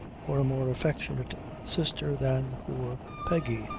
or a more affectionate sister than poor peggy,